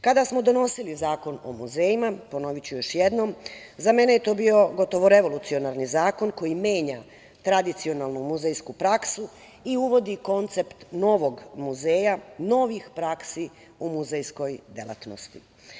Kada smo donosili Zakon o muzejima, ponoviću još jednom, za mene je to bio gotovo revolucionarni zakon koji menja tradicionalnu muzejsku praksu i uvodi koncept novog muzeja, novih praksi u muzejskoj delatnosti.